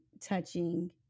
touching